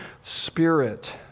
Spirit